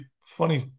funny